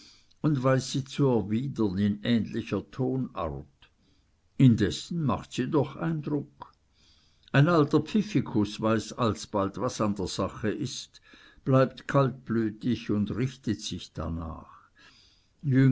und weiß sie zu erwidern in ähnlicher tonart indessen macht sie doch eindruck ein alter pfiffikus weiß alsbald was an der sache ist bleibt kaltblütig und richtet sich darnach